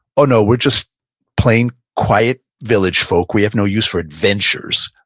oh, no, we're just playing quiet village folk. we have no use for adventures.